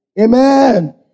Amen